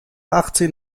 achtzehn